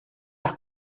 las